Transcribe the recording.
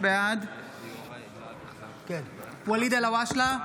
בעד ואליד אלהואשלה,